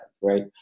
right